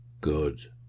good